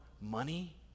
money